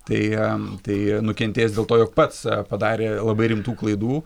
tai tai nukentės dėl to jog pats padarė labai rimtų klaidų